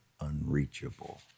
unreachable